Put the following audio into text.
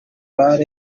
bar